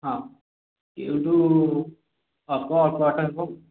ହଁ ଏଉଠୁ ହେବ ଅଳ୍ପ ବାଟ ହେବ ଆଉ